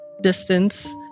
distance